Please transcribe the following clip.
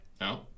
No